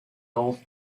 golf